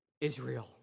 Israel